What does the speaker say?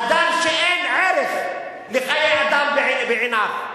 אדם שאין ערך לחיי אדם בעיניו.